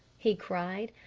he cried.